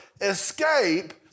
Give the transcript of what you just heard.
Escape